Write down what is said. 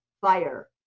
fire